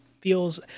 feels